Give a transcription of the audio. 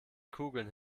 kugeln